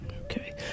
Okay